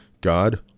God